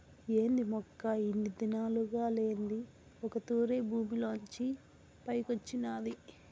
ఏంది మొక్క ఇన్ని దినాలుగా లేంది ఒక్క తూరె భూమిలోంచి పైకొచ్చినాది